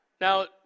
Now